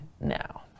now